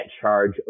charge